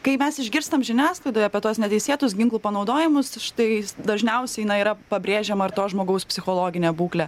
kai mes išgirstam žiniasklaidoje apie tuos neteisėtus ginklų panaudojimus štai dažniausiai na yra pabrėžiama ir to žmogaus psichologinė būklė